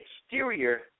exterior